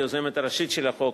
היוזמת הראשית של החוק,